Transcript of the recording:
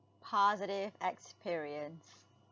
positive experience